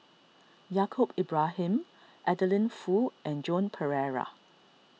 Yaacob Ibrahim Adeline Foo and Joan Pereira